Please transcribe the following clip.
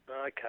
Okay